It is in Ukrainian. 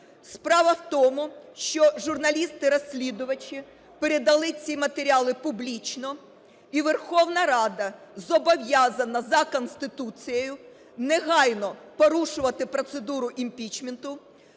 Справа в тому, що журналісти-розслідувачі передали ці матеріали публічно. І Верховна Рада зобов'язана за Конституцією негайно порушувати процедуру імпічменту,